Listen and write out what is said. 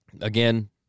Again